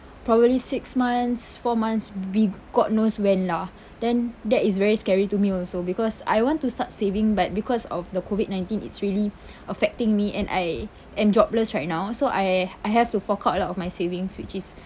probably six months four months be god knows when lah then that is very scary to me also because I want to start saving but because of the COVID nineteen it's really affecting me and I am jobless right now so I I have to fork out a lot of my savings which is